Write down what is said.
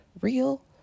real